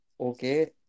okay